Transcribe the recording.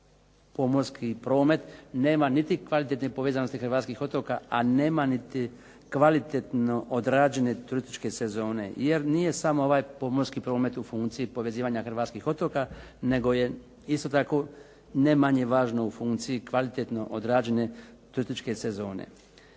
pomorski promet nema niti kvalitetne povezanosti hrvatskih otoka, a nema niti kvalitetno odrađene turističke sezone. Jer nije samo ovaj pomorski promet u funkciji povezivanja hrvatskih otoka, nego je isto tako ne manje važno u funkciji kvalitetno odrađene turističke sezone.